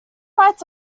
writes